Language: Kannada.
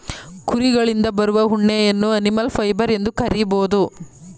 ಕುರಿಗಳಿಂದ ಬರುವ ಉಣ್ಣೆಯನ್ನು ಅನಿಮಲ್ ಫೈಬರ್ ಎಂದು ಕರಿಬೋದು